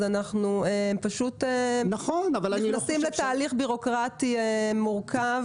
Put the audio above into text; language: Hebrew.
אנחנו נכנסים לתהליך בירוקרטי מורכב